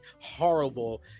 horrible